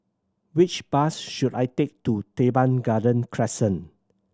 which bus should I take to Teban Garden Crescent